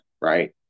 right